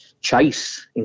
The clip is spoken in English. chase